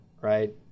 right